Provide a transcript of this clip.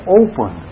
open